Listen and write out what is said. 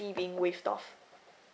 being waived off